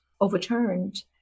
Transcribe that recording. overturned